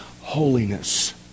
Holiness